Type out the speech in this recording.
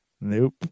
Nope